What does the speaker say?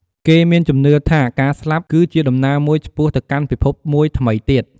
គេមានជំនឿថាការស្លាប់ គឺជាដំណើរមួយឆ្ពោះទៅកាន់ពិភពមួយថ្មីទៀត។